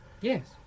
Yes